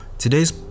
Today's